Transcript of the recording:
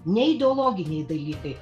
ne ideologiniai dalykai